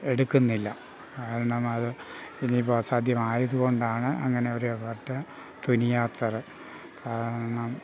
എടുക്കുന്നില്ല കാരണം അത് ഇനി ഇപ്പോൾ അസാധ്യമായതു കൊണ്ടാണ് അങ്ങനെ ഒരു പാർട്ട് തുനിയാത്തത് കാരണം